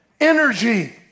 energy